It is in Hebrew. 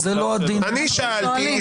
אני שאלתי,